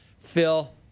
Phil